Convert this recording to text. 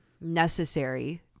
necessary